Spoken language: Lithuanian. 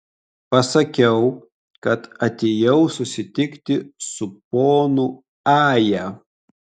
pasakiau kad atėjau susitikti su ponu aja